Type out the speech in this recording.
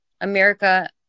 America